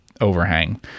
overhang